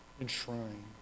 enshrined